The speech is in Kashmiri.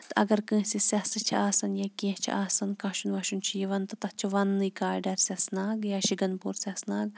تہٕ اگر کٲنٛسہِ سٮ۪سہٕ چھِ آسان یا کیٚنٛہہ چھِ آسان کَشُن وَشُن چھُ یِوان تہٕ تَتھ چھِ وَنٛنٕے کایڈَر سٮ۪سہٕ ناگ یا شِگَن پوٗر سٮ۪سہٕ ناگ